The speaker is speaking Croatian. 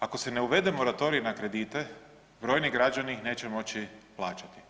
Ako se ne uvede moratorij na kredite brojni građani ih neće moći plaćati.